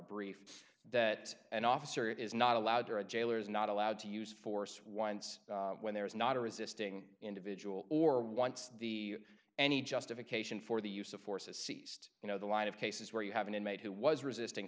brief that an officer is not allowed or a jailer is not allowed to use force winds when there is not a resisting individual or once the any justification for the use of force has ceased you know the line of cases where you have an inmate who was resisting